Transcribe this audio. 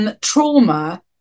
trauma